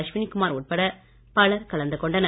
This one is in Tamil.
அஸ்வினி குமார் உட்பட பலர் கலந்து கொண்டனர்